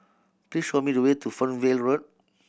please show me the way to Fernvale Road